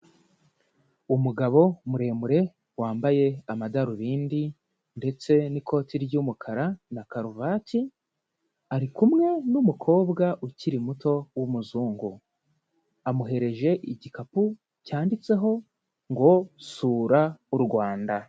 Umugabo muremure wambaye amadarubindi ndetse n'ikoti ry'umukara na karuvati, ari kumwe n'umukobwa ukiri muto w'umuzungu. Amuhereje igikapu cyanditseho ngo "sura u Rwanda."